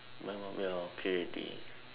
now we are okay already